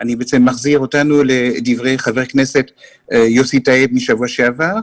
אני מניח שזה ירוץ עוד השבוע.